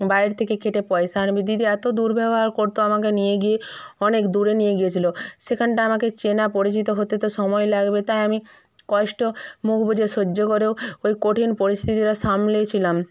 বাইরের থেকে খেঁটে পয়সা আনবি দিদি এত দুর্ব্যবহার করত আমাকে নিয়ে গিয়ে অনেক দূরে নিয়ে গিয়েছিলো সেখানটা আমাকে চেনা পরিচিত হতে তো সময় লাগবে তাই আমি কষ্ট মুখ বুঁজে সহ্য করেও ওই কঠিন পরিস্থিতিটা সামলে ছিলাম